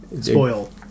spoil